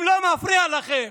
אם לא מפריע לכם